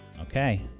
Okay